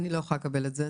אני לא יכולה לקבל את זה,